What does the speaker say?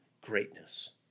greatness